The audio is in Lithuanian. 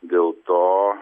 dėl to